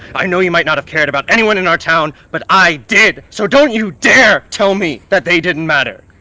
i know you might not have cared about anyone in our town, but i did! so don't you dare tell me that they didn't matter!